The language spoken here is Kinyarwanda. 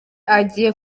agiye